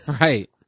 right